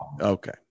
Okay